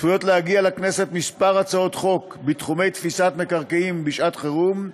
צפויות להגיע לכנסת כמה הצעות חוק בתחומי תפיסת מקרקעים בשעת חירום,